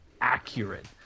accurate